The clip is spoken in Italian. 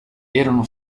erano